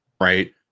right